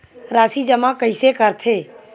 राशि जमा कइसे करथे?